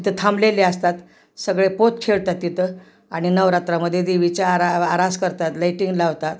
तिथं थांबलेले असतात सगळे पोत खेळतात तिथं आणि नवरात्रामध्ये देवीच्या आरा आरास करतात लाईटिंग लावतात